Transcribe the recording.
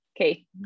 Okay